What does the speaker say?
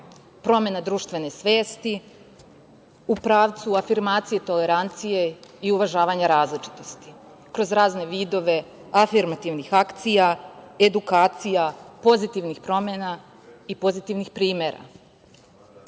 promena društvene svesti u pravcu afirmacije i tolerancije i uvažavanja različitosti kroz razne vidove afirmativnih akcija, edukacija, pozitivnih promena i pozitivnih primera. Naravno,